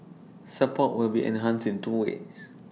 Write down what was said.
support will be enhanced in two ways